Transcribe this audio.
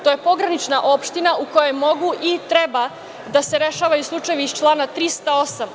To je pogranična opština u kojoj mogu i treba da se rešavaju slučajevi iz člana 308.